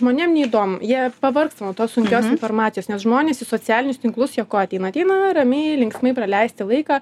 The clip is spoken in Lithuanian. žmonėm neįdomu jie pavargsta nuo tos sunkios informacijos nes žmonės į socialinius tinklus jie ko ateina ateina ramiai linksmai praleisti laiką